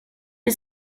wir